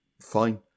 fine